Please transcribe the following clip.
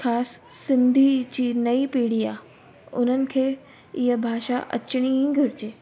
ख़ासि सिंधी जी नई पीढ़ी आहे उन्हनि खे ईहा भाषा अचनि ई घुरजे